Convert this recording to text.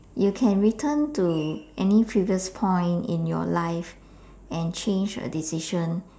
you can return to any previous point in your life and change a decision